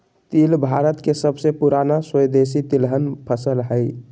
तिल भारत के सबसे पुराना स्वदेशी तिलहन फसल हइ